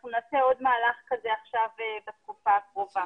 אנחנו נעשה עוד מהלך כזה עכשיו בתקופה הקרובה.